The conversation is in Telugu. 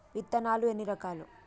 విత్తనాలు ఎన్ని రకాలు?